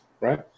right